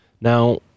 Now